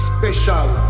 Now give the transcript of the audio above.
Special